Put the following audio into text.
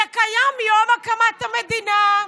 שקיים מיום הקמת המדינה.